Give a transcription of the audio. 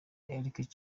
eric